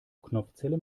knopfzelle